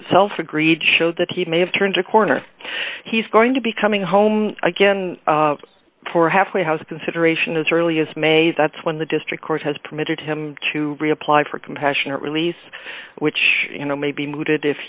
itself agreed showed that he may have turned a corner he's going to be coming home again for a halfway house consideration as early as may that's when the district court has committed him to reapply for compassionate release which you know may be mooted if